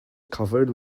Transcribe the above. covered